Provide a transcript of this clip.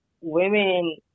women